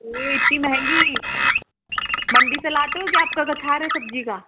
ये इतनी महँगी मंडी से लाते हो क्या आप का है सब्जी का